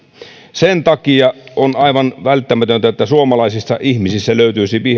sen takia on aivan välttämätöntä että suomalaisissa ihmisissä löytyisi